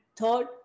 third